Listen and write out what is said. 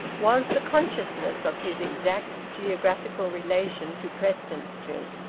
was the consciousness of his exact geographical relation to preston street.